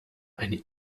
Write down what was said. eine